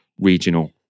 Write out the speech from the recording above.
regional